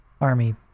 army